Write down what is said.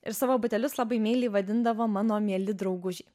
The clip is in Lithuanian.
ir savo batelius labai meiliai vadindavo mano mieli draugužiai